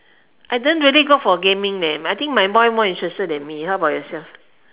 I don't really go for gaming leh I think my boy more interested than me how about yourself